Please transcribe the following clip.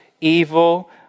evil